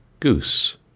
goose